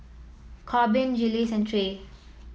Corbin Jiles and Trae